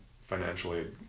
financially